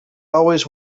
always